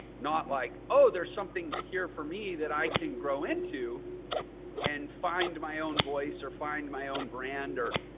not like, oh, there's something here for me that i can grow into and find my own voice or find my own brand. or,